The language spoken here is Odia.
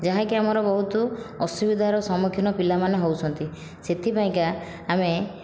ଯାହାକି ଆମର ବହୁତ ଅସୁବିଧାର ସମ୍ମୁଖୀନ ପିଲାମାନେ ହେଉଛନ୍ତି ସେଥିପାଇଁକା ଆମେ